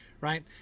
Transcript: right